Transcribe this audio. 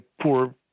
poor